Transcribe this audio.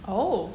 oh